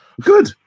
good